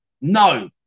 no